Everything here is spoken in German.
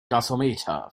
gasometer